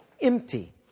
empty